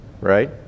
right